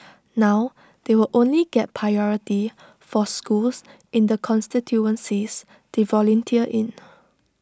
now they will only get priority for schools in the constituencies they volunteer in